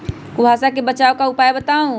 कुहासा से बचाव के उपाय बताऊ?